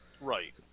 Right